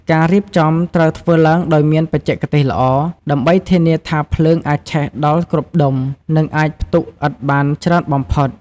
ការរៀបចំត្រូវធ្វើឡើងដោយមានបច្ចេកទេសល្អ ដើម្បីធានាថាភ្លើងអាចឆេះដល់គ្រប់ដុំ និងអាចផ្ទុកឥដ្ឋបានច្រើនបំផុត។